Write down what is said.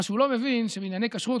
מה שהוא לא מבין זה שבענייני כשרות,